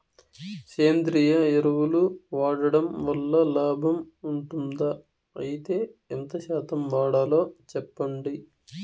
సేంద్రియ ఎరువులు వాడడం వల్ల లాభం ఉంటుందా? అయితే ఎంత శాతం వాడాలో చెప్పండి?